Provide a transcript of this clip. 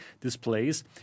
displays